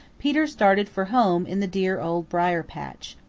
peter started for home in the dear old briar-patch.